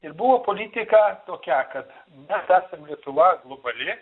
ir buvo politika tokia kad mes esam lietuva globali